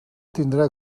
tindrà